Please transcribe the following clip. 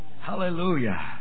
Hallelujah